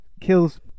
kills